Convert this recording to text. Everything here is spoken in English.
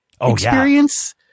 experience